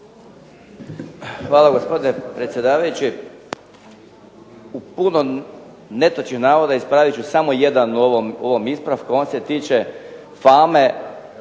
Hvala gospodine predsjedavajući. U puno netočnih navoda ispravit ću samo jedan u ovom ispravku, a on se tiče fame